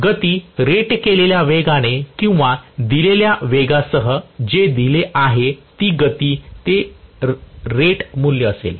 गती रेट केलेल्या वेगाने किंवा दिलेल्या वेगासह जे दिले आहे ती गती ते रेट मूल्य असेल